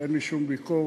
ואין לי שום ביקורת,